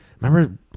remember